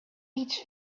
each